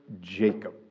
Jacob